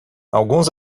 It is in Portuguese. alguns